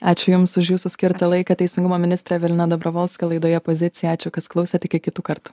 ačiū jums už jūsų skirtą laiką teisingumo ministrė evelina dabravolska laidoje pozicija ačiū kas klausėt iki kitų kartų